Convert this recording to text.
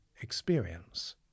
experience